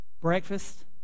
breakfast